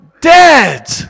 dead